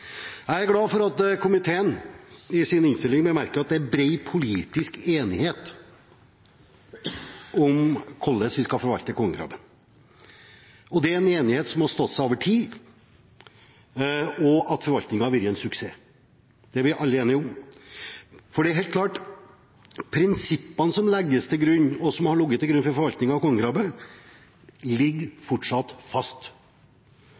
Jeg er glad for at komiteen i sin innstilling bemerker at det er bred politisk enighet om hvordan vi skal forvalte kongekrabben. Det er en enighet som har stått seg over tid – og også om at forvaltningen har vært en suksess. Det er vi alle enige om. For det er helt klart at prinsippene som legges til grunn, og som har ligget til grunn for forvaltningen av kongekrabbe, fortsatt ligger fast,